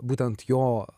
būtent jo